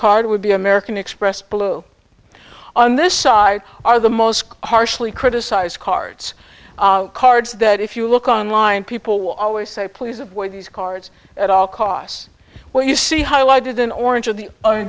card would be american express blue on this side are the most harshly criticized cards cards that if you look on line people will always say please avoid these cards at all costs where you see highlighted in orange of the o